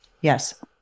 Yes